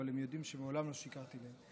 אבל הם יודעים שמעולם לא שיקרתי להם.